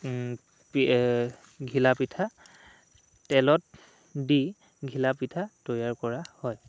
এই ঘিলাপিঠা তেলত দি ঘিলাপিঠা তৈয়াৰ কৰা হয়